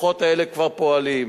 הכוחות האלה כבר פועלים.